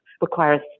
requires